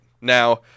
Now